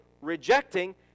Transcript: rejecting